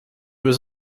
was